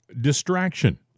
distraction